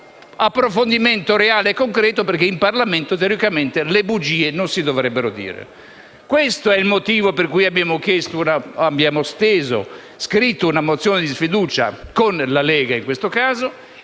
approfondimento reale e concreto (perché in Parlamento, teoricamente, le bugie non si dovrebbero dire). Questo è il motivo per cui abbiamo scritto una mozione di sfiducia, con la Lega in questo caso,